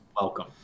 Welcome